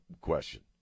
question